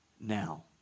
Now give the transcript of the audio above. now